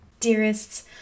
Dearests